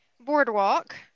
boardwalk